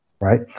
right